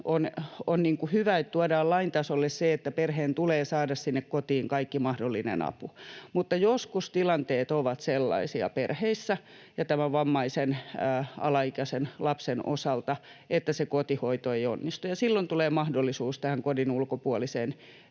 on hyvä, että tuodaan lain tasolle se, että perheen tulee saada sinne kotiin kaikki mahdollinen apu, mutta joskus tilanteet ovat sellaisia perheissä ja vammaisen alaikäisen lapsen osalta, että se kotihoito ei onnistu, ja silloin tulee mahdollisuus kodin ulkopuoliseen